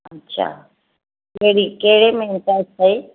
अच्छा कहिड़ी कहिड़े में था चयई